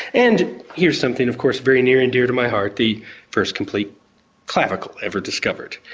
and here's something of course very near and dear to my heart, the first complete clavicle ever discovered.